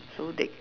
so they